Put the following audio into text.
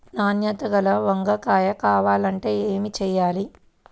నాణ్యత గల వంగ కాయ కావాలంటే ఏమి చెయ్యాలి?